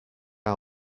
our